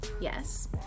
yes